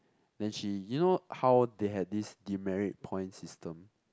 then she you know how they had this demerit point system